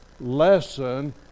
lesson